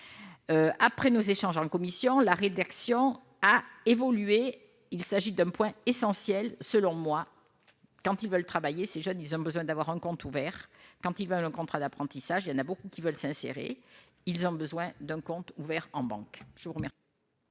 après nos échanges en commission, la rédaction a évolué, il s'agit d'un point essentiel selon moi quand ils veulent travailler ces jeunes, ils ont besoin d'avoir un compte ouvert quand il va le contrat d'apprentissage, il y en a beaucoup qui veulent s'insérer, ils ont besoin d'un compte ouvert en banque